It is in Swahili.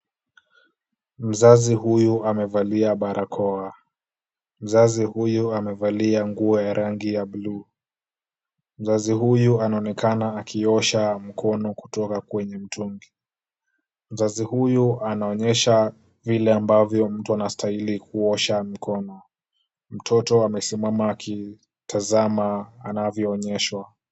Mzazi huyu amevalia barakoa. Mzazi huyu amevalia nguo ya rangi ya buluu. Mzazi huyu anaonekana akiosha mkono kutoka kwenye mtungi. Mzazi huyu anaonyesha vile ambavyo mtu anastahili kuosha mikono. Mtoto amesimama akitazama anavyoonyeshwa.